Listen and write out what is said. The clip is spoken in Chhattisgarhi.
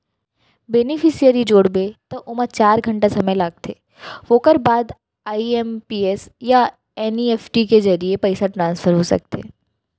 बेनिफिसियरी जोड़बे त ओमा चार घंटा समे लागथे ओकर बाद आइ.एम.पी.एस या एन.इ.एफ.टी के जरिए पइसा ट्रांसफर हो सकथे